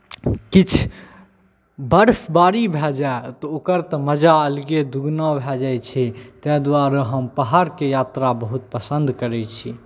किछु बर्फबारी भऽ जाइ तऽ ओकर तऽ मजा अलगे दुगुना भऽ जाइ छै ताहि दुआरे हम पहाड़के यात्रा बहुत पसन्द करै छी